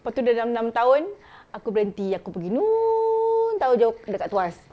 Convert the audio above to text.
lepas tu dalam enam tahun aku berhenti aku pergi nun tahu jauh dekat tuas